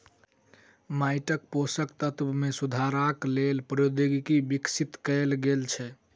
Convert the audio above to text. माइटक पोषक तत्व मे सुधारक लेल प्रौद्योगिकी विकसित कयल गेल छै